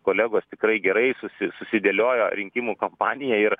kolegos tikrai gerai susi susidėliojo rinkimų kampaniją ir